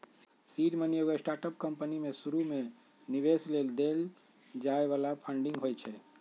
seed money एगो startup company में शुरुमे निवेश लेल देल जाय बला फंडिंग होइ छइ